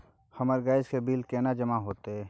हमर गैस के बिल केना जमा होते?